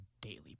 daily